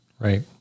Right